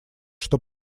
что